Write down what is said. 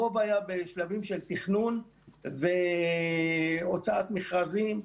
הרוב היה בשלבים של תכנון והוצאת מכרזים.